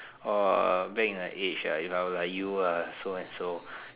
orh back in the age if I was like you ah so and so